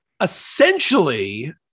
Essentially